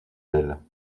elle